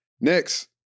next